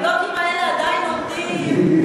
הבלוקים האלה עדיין עומדים,